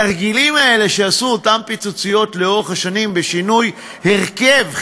התרגילים האלה שעשו אותן פיצוציות לאורך השנים בשינוי הרכב,